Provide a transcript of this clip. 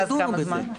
ואז כמה זמן?